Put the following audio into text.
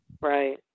Right